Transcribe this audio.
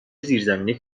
زیرزمینی